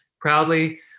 proudly